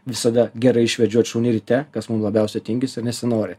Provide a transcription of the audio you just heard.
visada gerai išvedžiot šunį ryte kas mums labiausiai tingisi nesinori